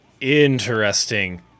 Interesting